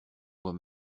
voix